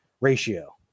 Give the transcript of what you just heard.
ratio